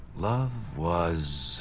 love was